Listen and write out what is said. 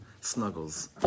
snuggles